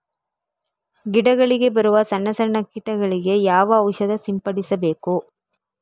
ಗಿಡಗಳಿಗೆ ಬರುವ ಸಣ್ಣ ಸಣ್ಣ ಕೀಟಗಳಿಗೆ ಯಾವ ಔಷಧ ಸಿಂಪಡಿಸಬೇಕು?